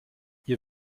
ihr